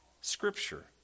scripture